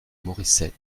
moricet